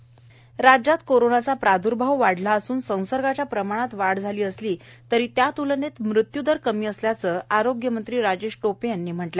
राजेश टोपे राज्यात कोरोनाचा प्रादुर्भाव वाढला असून संसर्गाच्या प्रमाणात वाढ झाली मात्र त्या तुलनेत मृत्यूदर कमी असल्याचे आरोग्यमंत्री राजेश टोपे यांनी सांगितले